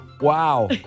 Wow